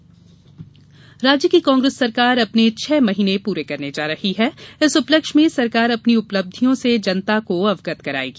कांग्रेस उपलब्धि राज्य की कांग्रेस सरकार अपने छह माह पूरे करने जा रही है इस उपलक्ष्य में सरकार अपनी उपलब्धियां से जनता को अवगत कराएगी